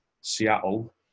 Seattle